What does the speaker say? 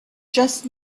just